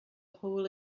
hole